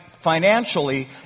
financially